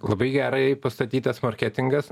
labai gerai pastatytas marketingas